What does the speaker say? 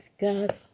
God